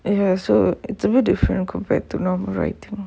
it ya so it's a bit different compared to normal writing